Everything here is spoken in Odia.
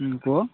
କୁହ